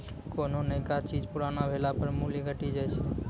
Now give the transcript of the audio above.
कोन्हो नयका चीज पुरानो भेला पर मूल्य घटी जाय छै